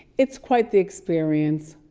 it's quite the experience.